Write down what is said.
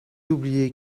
oubliez